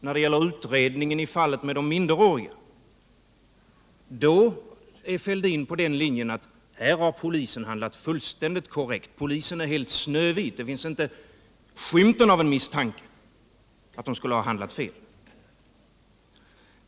När det gäller utredningen i fallet med de minderåriga är Thorbjörn Fälldin inne på den linjen att polisen har handlat fullständigt korrekt, polisen är helt snövit, det finns inte skymten av misstanke att den skulle ha handlat fel.